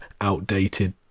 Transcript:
outdated